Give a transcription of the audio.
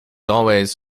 always